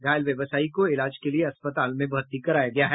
घायल व्यवसायी को इलाज के लिये अस्पताल में भर्ती कराया गया है